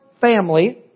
family